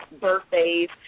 birthdays